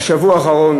בשבוע האחרון